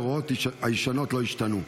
ההוראות הישנות לא השתנו.